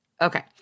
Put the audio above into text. Okay